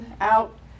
out